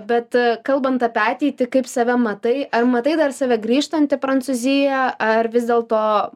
bet kalbant apie ateitį kaip save matai ar matai dar save grįžtant į prancūziją ar vis dėlto